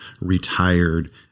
retired